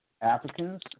Africans